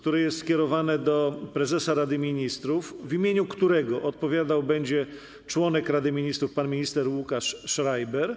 Pytanie jest skierowane do prezesa Rady Ministrów, w imieniu którego odpowiadał będzie członek Rady Ministrów pan minister Łukasz Schreiber.